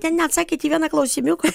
ten neatsakėt į vieną klausimiuką